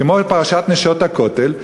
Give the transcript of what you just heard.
כמו בפרשת "נשות הכותל",